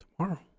Tomorrow